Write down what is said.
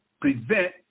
prevent